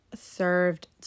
served